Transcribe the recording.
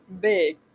big